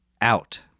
out